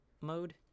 mode